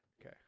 Okay